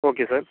okay sir